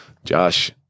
Josh